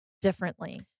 differently